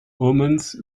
omens